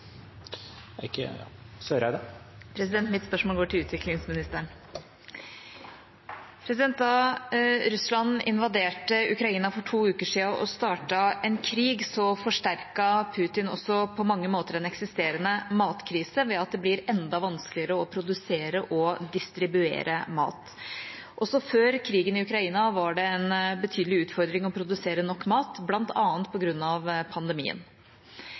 Mitt spørsmål går til utviklingsministeren. Da Russland invaderte Ukraina for to uker siden og startet en krig, forsterket Putin på mange måter en eksisterende matkrise ved at det blir enda vanskeligere å produsere og distribuere mat. Også før krigen i Ukraina var det en betydelig utfordring å produsere nok mat, bl.a. på grunn av pandemien.